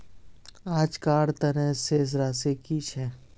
आजकार तने शेष राशि कि छे?